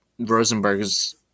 Rosenberg's